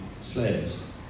slaves